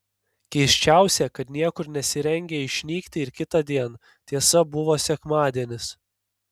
keisčiausia kad niekur nesirengė išnykti ir kitądien tiesa buvo sekmadienis